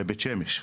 בבית שמש,